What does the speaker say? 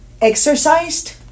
exercised